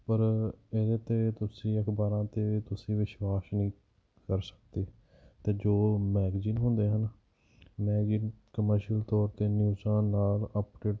ਪਰ ਇਹਦੇ 'ਤੇ ਤੁਸੀਂ ਅਖ਼ਬਾਰਾਂ 'ਤੇ ਤੁਸੀਂ ਵਿਸ਼ਵਾਸ ਨਹੀਂ ਕਰ ਸਕਦੇ ਅਤੇ ਜੋ ਮੈਗਜੀਨ ਹੁੰਦੇ ਹਨ ਮੈਗਜੀਨ ਕਮਰਸ਼ੀਅਲ ਤੋਰ 'ਤੇ ਨਿਊਜਾਂ ਨਾਲ ਅਪਡੇਟ